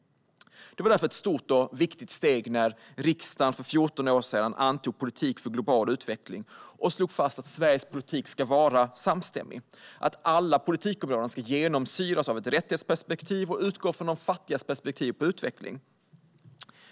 Det var därför ett stort och viktigt steg när riksdagen för 14 år sedan antog politiken för global utveckling och slog fast att Sveriges politik ska vara samstämmig och att alla politikområden ska genomsyras av ett rättighetsperspektiv och utgå från de fattigas perspektiv på utveckling.